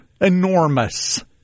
Enormous